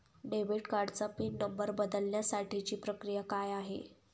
Debit कार्डचा pin number बदलण्यासाठीची प्रक्रिया काय आहे?